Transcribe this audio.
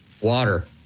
Water